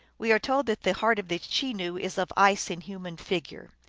we are told that the heart of the chenoo is of ice in human figure.